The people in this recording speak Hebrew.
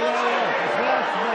בושה.